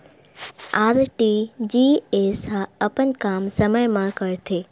RTGS ह अपन काम समय मा करथे?